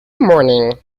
morning